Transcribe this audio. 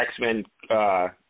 X-Men